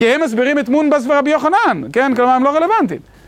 כי הם מסבירים את מונבז ברבי יוחנן, כן? כלומר הם לא רלוונטיים.